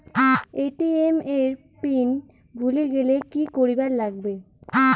ATM এর পিন ভুলি গেলে কি করিবার লাগবে?